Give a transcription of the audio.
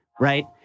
right